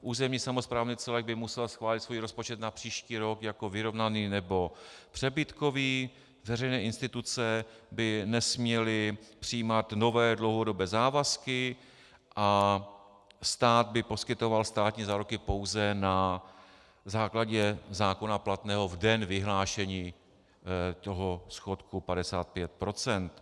Územní samosprávný celek by musel schválit svůj rozpočet na příští rok jako vyrovnaný nebo přebytkový, veřejné instituce by nesměly přijímat nové dlouhodobé závazky a stát by poskytoval státní záruky pouze na základě zákona platného v den vyhlášení schodku 55 %.